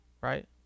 right